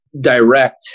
direct